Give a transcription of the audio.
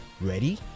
Ready